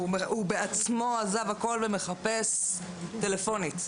הוא בעצמו עזב הכול ומחפש טלפונית.